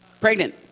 pregnant